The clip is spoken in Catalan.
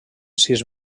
sis